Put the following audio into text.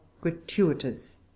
gratuitous